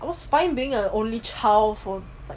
I was fine being the only child for